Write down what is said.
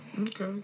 Okay